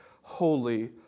holy